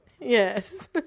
Yes